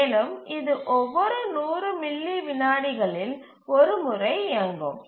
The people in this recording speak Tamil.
மேலும் இது ஒவ்வொரு 100 மில்லி வினாடிகளில் ஒரு முறை இயங்கும்